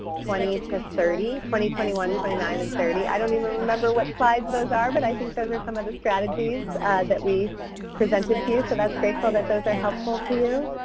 twenty to thirty, twenty, twenty one, twenty nine, and thirty. i don't even remember what slides those are, but i think those are some of the strategies that we presented to you. that's great that those are helpful to you.